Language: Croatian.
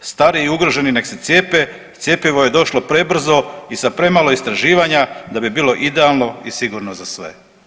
Stariji i ugroženi nek se cijepe, cjepivo je došlo prebrzo i sa premalo istraživanja da bi bilo idealno i sigurno za sve.